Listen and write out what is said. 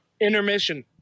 Intermission